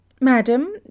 Madam